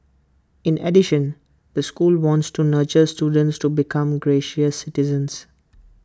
in addition the school wants to nurture students to become gracious citizens